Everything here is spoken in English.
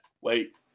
wait